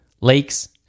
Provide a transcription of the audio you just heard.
lakes